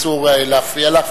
אסור להפריע לך,